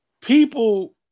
people